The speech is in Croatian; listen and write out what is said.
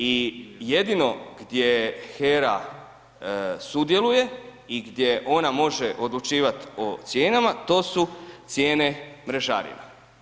I jedno gdje HERA sudjeluje i gdje ona može odlučivat o cijenama to su cijene mrežarina.